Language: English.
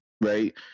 right